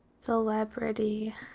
celebrity